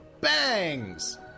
bangs